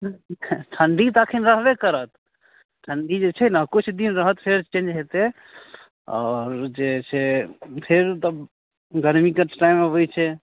ठण्डी तऽ अखन रहबे करत ठण्डी जे छै ने किछु दिन रहत फेर चेन्ज हेतै आओर जे छै फेर तऽ गर्मी के टाइम अबै छै